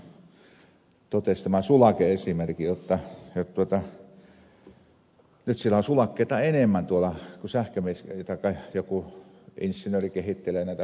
larikka totesi tämän sulake esimerkin jotta nyt siellä on sulakkeita enemmän kun sähkömies tai joku insinööri kehittelee näitä hommia